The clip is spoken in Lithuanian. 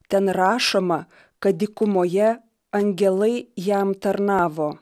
ten rašoma kad dykumoje angelai jam tarnavo